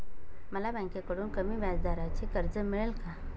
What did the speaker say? मला बँकेकडून कमी व्याजदराचे कर्ज मिळेल का?